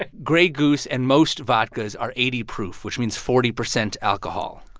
ah grey goose and most vodkas are eighty proof, which means forty percent alcohol.